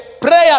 Prayer